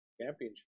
championship